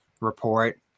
report